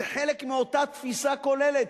זה חלק מאותה תפיסה כוללת.